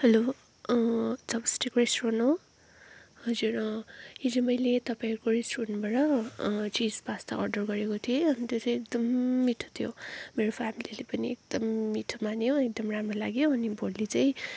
hello chopstick restaurant हो हजुर हिजो मैले तपाईँहरूको रेस्टुरेन्टबाट चिस पास्ता अर्डर गरेको थिएँ अनि त्यो चाहिँ एकदम मिठो थियो मेरो फ्यामिलीले पनि एकदम मिठो मान्यो एकदम राम्रो लाग्यो अनि भोलि चाहिँ